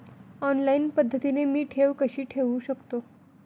Online पद्धतीने मी ठेव कशी ठेवू शकतो?